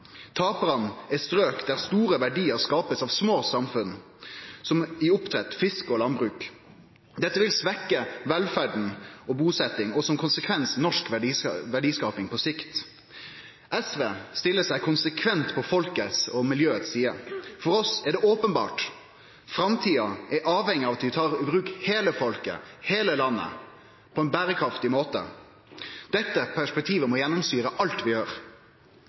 Taparane er strøk der store verdiar blir skapte av små samfunn som er opptatt av fisk og landbruk. Dette vil svekkje velferda og busetjinga og som konsekvens norsk verdiskaping på sikt. SV stiller seg konsekvent på sida til folket og miljøet. For oss er det openbert: Framtida er avhengig av at vi tar i bruk heile folket, heile landet, på ein berekraftig måte. Dette perspektivet må gjennomsyre alt vi